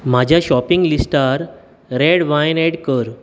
म्हज्या शॉपींग लिस्टार red wine add कर